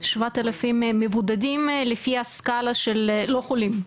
7,000 מבודדים לפי הסקאלה של לא חולים.